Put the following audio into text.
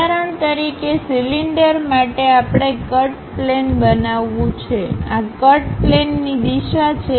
ઉદાહરણ તરીકે સિલિન્ડર માટે આપણે કટ પ્લેન બનાવવું છેઆ કટ પ્લેનની દિશા છે